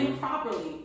Properly